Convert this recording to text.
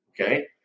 Okay